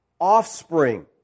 offspring